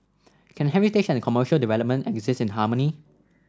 can heritage and commercial development exist in harmony